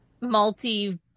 multi